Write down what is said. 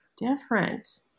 different